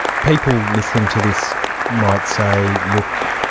people listening to this might say, look,